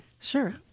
Sure